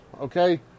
Okay